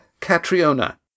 Catriona